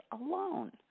alone